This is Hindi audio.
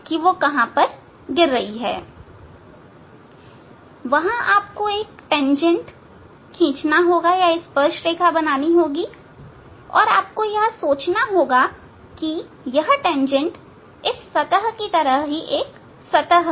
वहां आपको एक तेंजेंट खींचनी होगी और आपको यह सोचना होगा कि यह तेंजेंट इस सतह की तरह ही सतह है